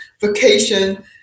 vacation